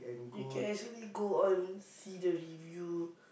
you can actually go on see the review